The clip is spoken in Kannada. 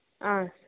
ಆಂ